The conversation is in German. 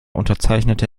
unterzeichnete